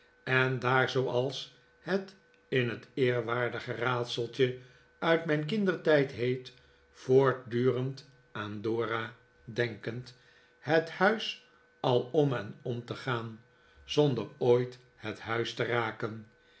en daar zooals het in het eerwaardige raadseltje uit mijn kindertijd heet voortdurend aan dora denkend het huis al om en om te gaan zonder ooit het huis te raken